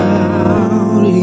out